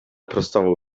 prostował